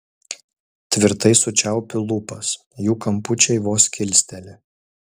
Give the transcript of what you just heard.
tvirtai sučiaupiu lūpas jų kampučiai vos kilsteli